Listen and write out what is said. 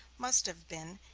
must have been,